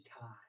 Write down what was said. time